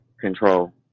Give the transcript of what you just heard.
control